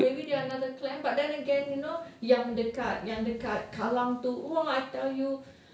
maybe they are another clan but then again you know yang dekat yang dekat kallang tu !wah! I tell you